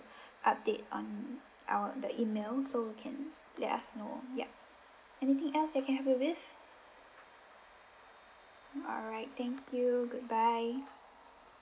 update on our the email so you can let us know yup anything else that I can help you with alright thank you good bye